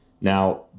now